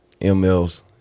ML's